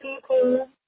people